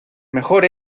mejor